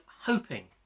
hoping